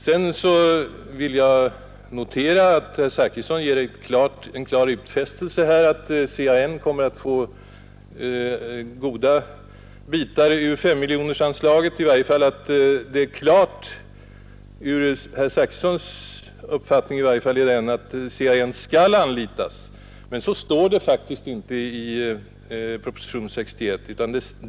Sedan vill jag notera att herr Zachrisson här gör en klar utfästelse om att CAN i betydande mån kommer att få del av 5-miljonersanslaget. Det är enligt herr Zachrissons uppfattning i varje fall klart att CAN skall anlitas. Men så står det faktiskt inte i propositionen 61.